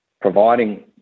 providing